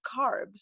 carbs